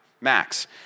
max